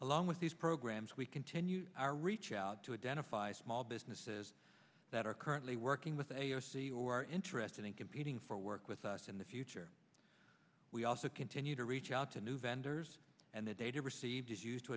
along with these programs we continue our reach out to identify small businesses that are currently working with a o c or are interested in competing for work with us in the future we also continue to reach out to new vendors and the data received is used to